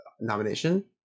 nomination